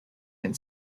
and